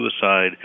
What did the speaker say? suicide